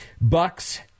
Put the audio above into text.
Bucks